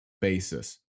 basis